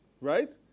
right